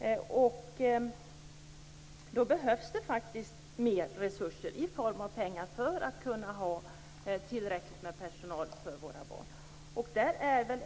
Det behövs faktiskt mer resurser i form av pengar för att man skall kunna ha tillräckligt med personal för våra barn.